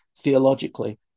theologically